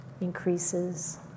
increases